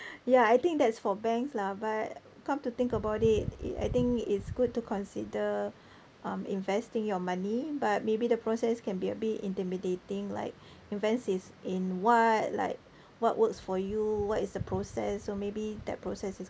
ya I think that's for banks lah but come to think about it I think it's good to consider um investing your money but maybe the process can be a bit intimidating like invest is in what like what works for you what is the process so maybe that process is